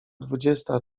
dwudziesta